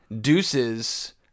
Deuce's